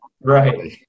Right